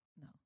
no